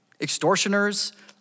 extortioners